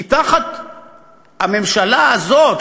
כי תחת הממשלה הזאת,